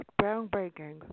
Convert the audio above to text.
groundbreaking